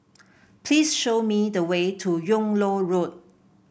please show me the way to Yung Loh Road